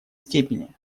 степени